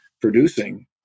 producing